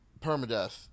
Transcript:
permadeath